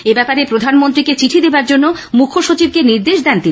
এব্যাপারে প্রধানমন্ত্রীকে চিঠি দেওয়ার জন্য মুখ্যসচিবকে নির্দেশ দেন তিনি